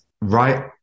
right